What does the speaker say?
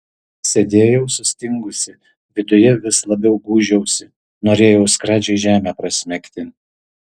sėdėjau sustingusi viduje vis labiau gūžiausi norėjau skradžiai žemę prasmegti